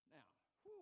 Now